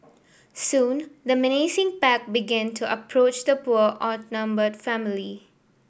soon the menacing pack began to approach the poor outnumbered family